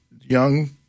young